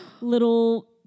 little